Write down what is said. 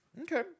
okay